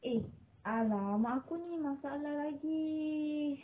eh !alah! mak aku ni masalah lagi